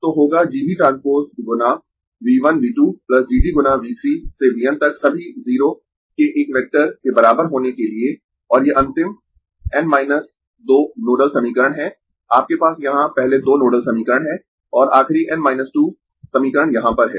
तो होगा G B transpose गुना V 1 V 2 G D गुना V 3 से V n तक सभी 0 के एक वेक्टर के बराबर होने के लिए और ये अंतिम N 2 नोडल समीकरण है आपके पास यहां पहले दो नोडल समीकरण है और आखिरी n 2 समीकरण यहाँ पर है